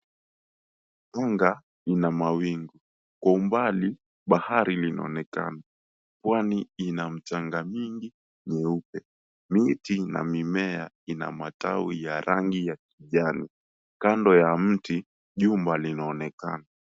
Anga ina mawingu, kwa umbali bahari linaonekana. Pwani ina mchanga nyingi nyeupe. Miti na mimea ina matawi ya rangi ya kijani. Kando ya mti, jumba linaonekana.